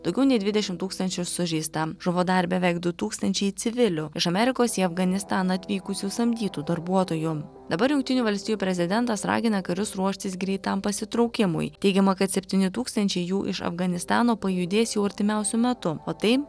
daugiau nei dvidešimt tūkstančių sužeista žuvo dar beveik du tūkstančiai civilių iš amerikos į afganistaną atvykusių samdytų darbuotojų dabar jungtinių valstijų prezidentas ragina karius ruoštis greitam pasitraukimui teigiama kad septyni tūkstančiai jų iš afganistano pajudės jau artimiausiu metu o tai